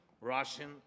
Russian